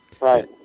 Right